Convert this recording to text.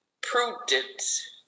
Prudence